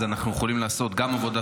אנחנו יכולים לעשות עבודה